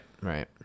right